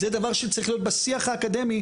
זה דבר שצריך להיות בשיח האקדמי,